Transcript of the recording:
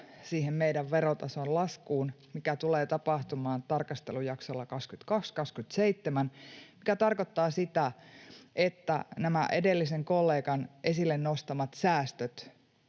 siihen meidän verotasomme laskuun, mikä tulee tapahtumaan tarkastelujaksolla 22— 27, mikä tarkoittaa sitä, että nämä edellisen kollegan esille nostamat säästöt